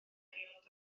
aelod